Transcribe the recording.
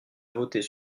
voter